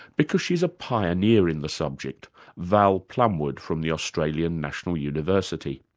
because she's a pioneer in the subject val plumwood from the australian national university.